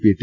P T